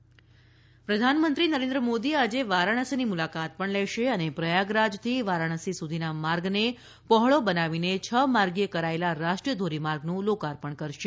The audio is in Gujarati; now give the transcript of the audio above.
મોદી વારાણસી પ્રધાનમંત્રી નરેન્દ્ર મોદી આજે વારાણસીની મુલાકાત લેશે અને પ્રયાગરાજથી વારાણસી સુધીના માર્ગને પહોળો બનાવીને છ માર્ગિય કરાયેલા રાષ્ટ્રીય ધોરીમાર્ગનું લોકાર્પણ કરશે